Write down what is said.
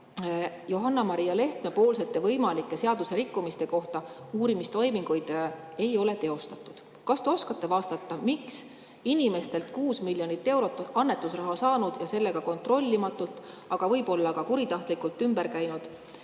Johanna-Maria Lehtme võimalike seadusrikkumiste kohta ei ole uurimistoiminguid teostatud. Kas te oskate vastata, miks inimestelt 6 miljonit eurot annetusraha saanud ja sellega kontrollimatult, aga võib-olla ka kuritahtlikult ümber käinud